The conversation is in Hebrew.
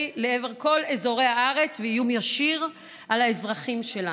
לעבר כל אזורי הארץ והיא איום ישיר על האזרחים שלנו.